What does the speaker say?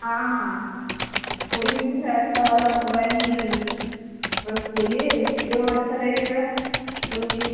हाँ हाँ हाँ कोई मुझे जो अच्छा वाला मोबाइल बस बोलिए जो अच्छा लगेगा लूँगी